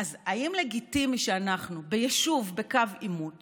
אז האם לגיטימי שאנחנו ביישוב בקו עימות